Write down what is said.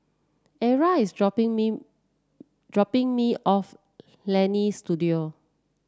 Arla is dropping me dropping me off Leonie Studio